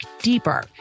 deeper